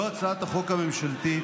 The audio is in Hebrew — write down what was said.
לא הצעת החוק הממשלתית